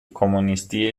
کمونیستی